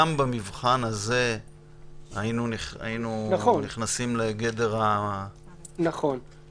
גם במבחן הזה היינו נכנסים לגדר --- נכון,